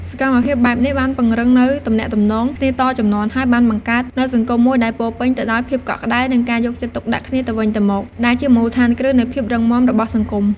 សកម្មភាពបែបនេះបានពង្រឹងនូវទំនាក់ទំនងគ្នាតជំនាន់ ហើយបានបង្កើតនូវសង្គមមួយដែលពោរពេញទៅដោយភាពកក់ក្ដៅ និងការយកចិត្តទុកដាក់គ្នាទៅវិញទៅមក ដែលជាមូលដ្ឋានគ្រឹះនៃភាពរុងរឿងរបស់សង្គម។